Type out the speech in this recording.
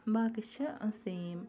باقٕے چھِ سیم